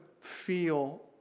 feel